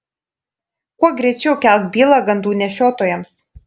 kuo greičiau kelk bylą gandų nešiotojams